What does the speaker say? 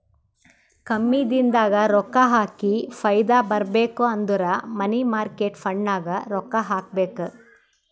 ಕಮ್ಮಿ ದಿನದಾಗ ರೊಕ್ಕಾ ಹಾಕಿ ಫೈದಾ ಬರ್ಬೇಕು ಅಂದುರ್ ಮನಿ ಮಾರ್ಕೇಟ್ ಫಂಡ್ನಾಗ್ ರೊಕ್ಕಾ ಹಾಕಬೇಕ್